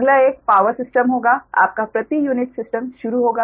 अगला एक power system होगा आपका प्रति यूनिट सिस्टम शुरू होगा